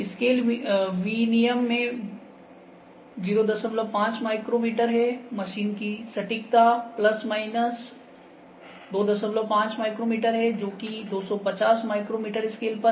scale विनियमन में 05 micrometre है मशीन की सटीकता 25 माइक्रोमीटर है जो की 250 माइक्रोमीटर स्केल पर है